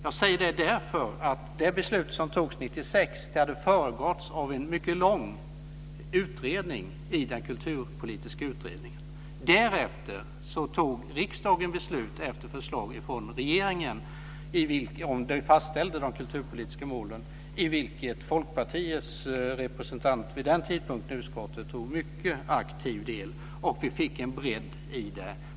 Jag säger det därför att det beslut som togs 1996 hade föregåtts av ett mycket långt arbete i den kulturpolitiska utredningen. Riksdagen tog sedan beslut efter förslag från regeringen om fastställande av de kulturpolitiska målen. Folkpartiets representant i utskottet vid den tidpunkten medverkade mycket aktivt i detta sammanhang, och vi fick en bredd i besluten.